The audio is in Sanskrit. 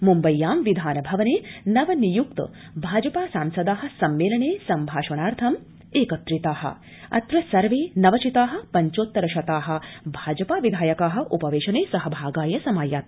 मुम्बय्यां विधान भवने नवनियुक्त भाजपा सांसदा सम्मेलने सम्भाषणार्थं एकत्रिता अत्र सर्वे नव चिता पंचोत्तर शता भाजपा विधायका उपवेशने सहभागाय समायाता